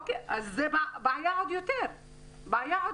זה עוד יותר בעיה.